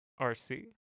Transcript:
rc